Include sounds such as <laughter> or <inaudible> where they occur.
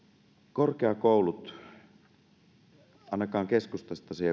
korkeakoulut ainakaan keskustasta se <unintelligible>